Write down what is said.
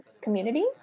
community